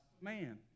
man